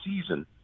season